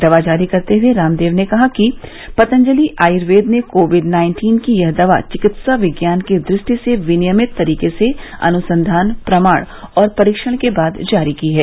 दवा जारी करते हुए रामदेव ने कहा कि पतंजलि आयुर्वेद ने कोविड नाइन्टीन की यह दवा चिकित्सा विज्ञान की दृष्टि से विनियमित तरीके से अनुसंधान प्रमाण और परीक्षण के बाद जारी की है